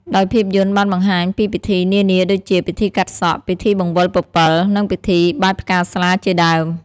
ដោយភាពយន្តបានបង្ហាញពីពិធីនានាដូចជា ពិធីកាត់សក់ ពិធីបង្វិលពពិល និងពិធីបាចផ្កាស្លា ជាដើម។